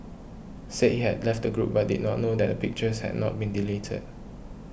said he had left the group but did not know that the pictures had not been deleted